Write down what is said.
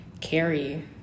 Carry